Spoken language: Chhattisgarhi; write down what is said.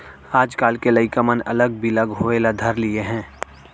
आजकाल के लइका मन अलग बिलग होय ल धर लिये हें